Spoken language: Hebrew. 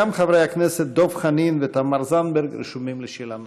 גם חברי הכנסת דב חנין ותמר זנדברג רשומים לשאלה נוספת.